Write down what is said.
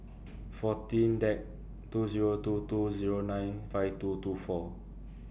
fourteen Dec two Zero two two Zero nine five two two four